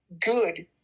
good